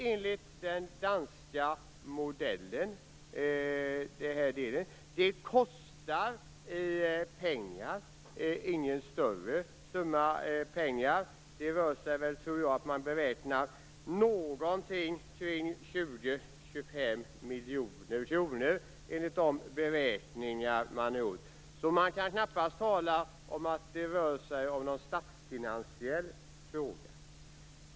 Enligt den danska modellen rör det sig inte om några stora pengar. Man beräknar att det kostar någonting kring 20-25 miljoner kronor. Man kan knappast tala om någon stor statsfinansiell fråga.